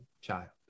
child